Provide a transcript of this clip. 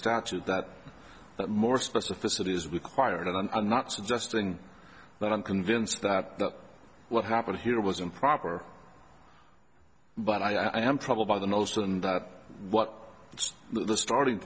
statute that more specificity is required and i'm not suggesting that i'm convinced that what happened here was improper but i am troubled by the notion that what it's the starting